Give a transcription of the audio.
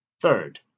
Third